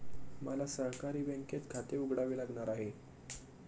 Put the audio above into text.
मला सहकारी बँकेत खाते उघडावे लागणार आहे